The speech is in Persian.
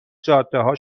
جادهها